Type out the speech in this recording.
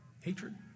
Hatred